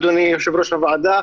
אדוני יושב-ראש הוועדה.